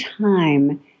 time